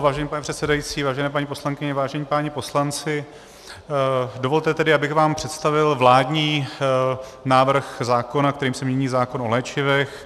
Vážený pane předsedající, vážené paní poslankyně, vážení páni poslanci, dovolte tedy, abych vám představil vládní návrh zákona, kterým se mění zákon o léčivech.